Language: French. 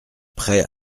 prêt